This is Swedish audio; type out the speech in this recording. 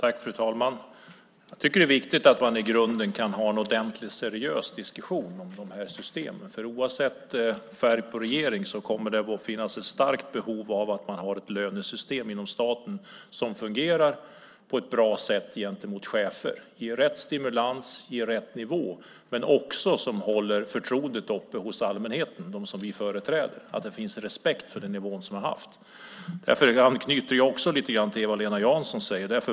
Fru talman! Jag tycker att det är viktigt att man i grunden kan ha en ordentlig, seriös diskussion om det här systemet. Oavsett färg på regering kommer det att finnas ett starkt behov av att ha ett lönesystem inom staten som fungerar på ett bra sätt gentemot chefer, ger rätt stimulans, ger rätt nivå, men som också håller förtroendet uppe hos allmänheten, dem som vi företräder. Det ska finnas respekt för den nivå man har haft. Jag anknyter därför också lite grann till det Eva-Lena Jansson säger.